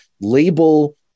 label